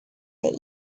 there